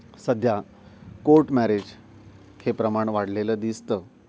सध्या court marriage हे प्रमाण वाढलेलं दिसतं